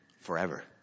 Forever